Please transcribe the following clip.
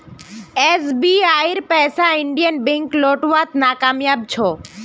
एसबीआईर पैसा Indian bank लौटव्वात नाकामयाब छ